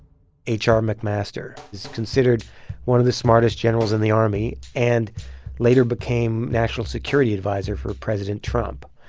h r. mcmaster is considered one of the smartest generals in the army and later became national security adviser for president trump.